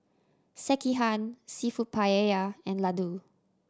Sekihan Seafood Paella and Ladoo